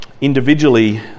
individually